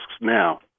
now